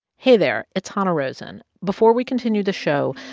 hey there, it's hanna rosin. before we continue the show,